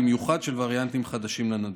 במיוחד של וריאנטים חדשים לנגיף.